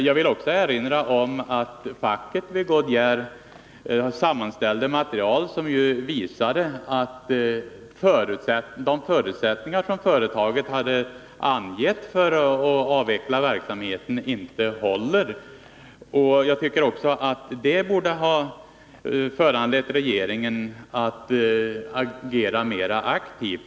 Jag vill också erinra om att facket vid Goodyear har sammanställt material som visar att de av företaget angivna förutsättningarna för avveckling av verksamheten inte håller. Jag tycker också att det borde ha föranlett regeringen att agera mer aktivt.